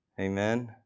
Amen